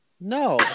no